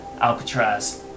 Alcatraz